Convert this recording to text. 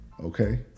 Okay